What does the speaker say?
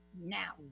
now